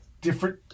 different